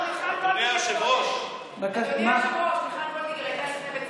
אלקין עוד היה אז ימני,